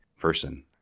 person